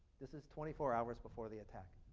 this this twenty four hours before the attack.